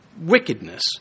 wickedness